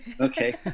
Okay